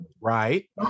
right